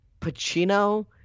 Pacino